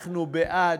אנחנו בעד,